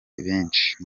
benshi